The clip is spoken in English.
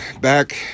back